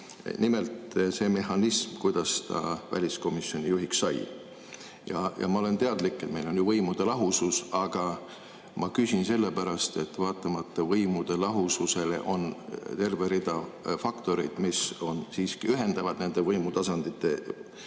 Nimelt, see mehhanism, kuidas ta väliskomisjoni juhiks sai. Ma olen teadlik, et meil on võimude lahusus, aga ma küsin sellepärast, et vaatamata võimude lahususele on terve rida faktoreid, mis on siiski ühendavad [lülid] nende võimutasandite juures.